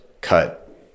cut